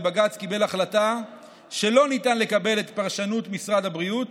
ובג"ץ קיבל החלטה שלא ניתן לקבל את פרשנות משרד הבריאות